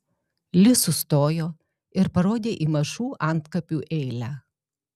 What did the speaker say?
li sustojo ir parodė į mažų antkapių eilę